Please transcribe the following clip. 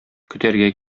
көтәргә